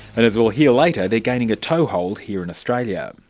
and as we'll hear later, they're gaining a toehold here in australia.